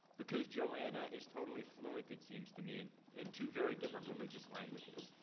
because joanna is totally fluent, it seems to me, in in two very different religious languages.